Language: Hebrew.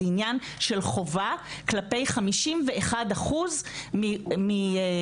זה עניין של חובה כלפי 51 אחוזים מתושבי,